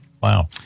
wow